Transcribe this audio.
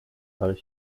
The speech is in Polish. ale